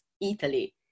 Italy